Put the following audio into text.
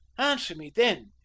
answer me then,